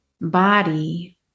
body